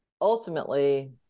ultimately